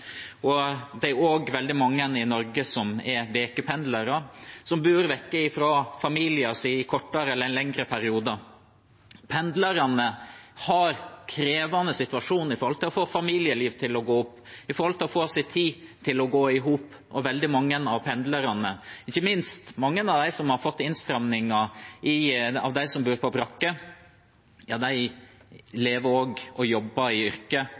dag. Det er også veldig mange i Norge som er ukependlere, som bor borte fra familien sin i kortere eller lengre perioder. Pendlerne har krevende situasjoner for å få familielivet til å gå opp, for å få sin tid til å gå i hop, og veldig mange av pendlerne, ikke minst mange av dem som har fått innstramninger som bor på brakker, jobber også i yrker der de opplever press på lønns- og arbeidsvilkår. Når da Senterpartiet utfordrer regjeringspartiene på pendlernes situasjon, bl.a. i